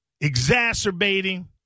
exacerbating